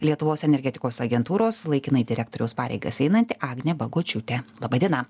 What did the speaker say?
lietuvos energetikos agentūros laikinai direktoriaus pareigas einanti agnė bagočiūtė laba diena